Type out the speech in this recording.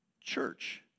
church